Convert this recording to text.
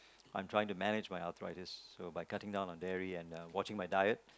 I'm trying to manage my athritis by cutting down dairy and watching my diet